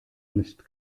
nicht